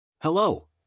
Hello